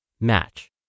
match